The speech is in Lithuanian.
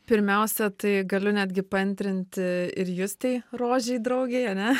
pirmiausia tai galiu netgi paantrinti ir justei rožei draugėj ane